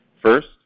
First